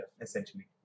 essentially